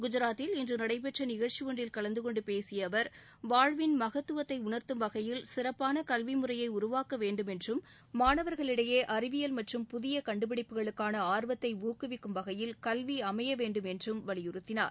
குஜராத்தில் இன்று நடைபெற்ற நிகழ்ச்சி ஒன்றில் கலந்து கொண்டு பேசிய அவர் வாழ்வின் மகத்துவத்தை உணா்த்தும் வகையில் சிறப்பான கல்வி முறையை உருவாக்க வேண்டும் என்றும் மாணவா்களிடையே அறிவியல் மற்றும் புதிய கண்டுபிடிப்புகளுக்கான ஆர்வத்தை ஊக்குவிக்கும் வகையில் கல்வி அமைய வேண்டும் என்றும் வலியுறுத்தியுள்ளார்